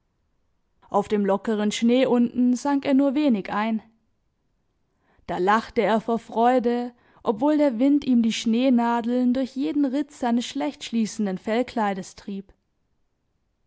auf dem lockeren schnee unten sank er nur wenig ein da lachte er vor freude obwohl der wind ihm die schneenadeln durch jeden ritz seines schlecht schließenden fellkleides trieb